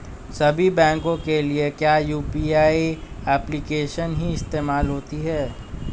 सभी बैंकों के लिए क्या यू.पी.आई एप्लिकेशन ही इस्तेमाल होती है?